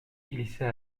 glissait